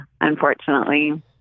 unfortunately